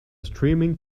streaming